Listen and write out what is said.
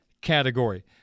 category